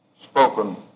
spoken